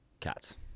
Cats